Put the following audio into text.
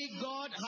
God